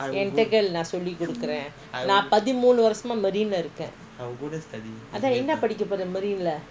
என்கிட்ட கேளு நான்:enkitta keelu naan thirteen வருஷம் மரின்ல இருக்கேன் அதான் என்ன படிக்க போற மரின்ல:vaarusam marina irukken athaan enna patikka pooraa marinlee